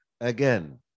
again